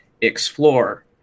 explore